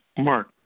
Mark